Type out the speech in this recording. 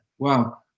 Wow